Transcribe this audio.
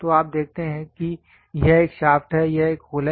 तो आप देखते हैं कि यह एक शाफ्ट है यह एक होल है